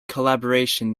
collaboration